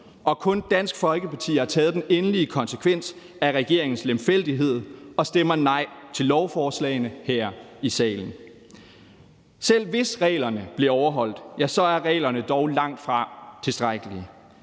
Og kun Dansk Folkeparti har taget den endelige konsekvens af regeringens lemfældighed og stemmer nej til lovforslagene her i salen. Selv hvis reglerne bliver overholdt, er reglerne dog langtfra tilstrækkelige.